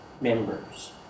members